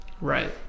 Right